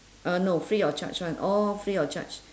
uh no free of charge [one] all free of charge